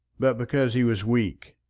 but because he was weak.